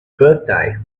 birthday